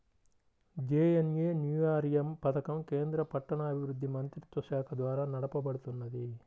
JNNURM పథకం కేంద్ర పట్టణాభివృద్ధి మంత్రిత్వశాఖ ద్వారా నడపబడుతున్నది